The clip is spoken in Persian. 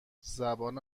زبان